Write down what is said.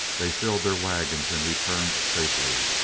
they filled their wagons and returned safely.